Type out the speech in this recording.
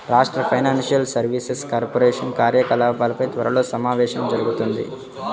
రాష్ట్ర financial services corporation కార్యకలాపాలపై త్వరలో సమావేశం జరుగుతుంది